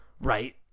right